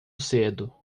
cedo